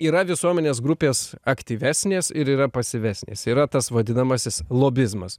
yra visuomenės grupės aktyvesnės ir yra pasyvesnės yra tas vadinamasis lobizmas